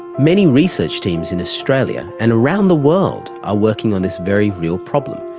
many research teams in australia and around the world are working on this very real problem,